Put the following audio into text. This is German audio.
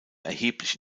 erheblich